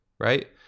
right